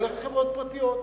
הוא ילך לחברות פרטיות.